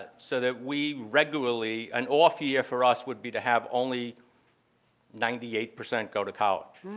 ah so that we regularly an off year for us would be to have only ninety eight percent go to college.